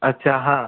अच्छा हा